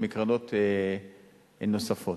ומקרנות נוספות.